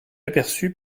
aperçu